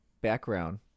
background